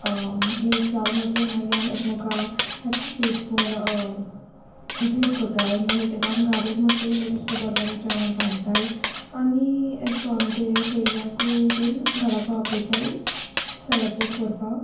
मीस जाल मुटरी मागी आम एकमुका हेपी फिस्ट म्हूण ग्रीट कोताय मागी आम घार येल मुटरी आमी बोर बोरें जेवोण रांदताय आनी अेशकों आमगे सायऱ्यांकू बीन घाराको आपोयताय सेलब्रेट कोरपा